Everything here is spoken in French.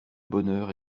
bonheur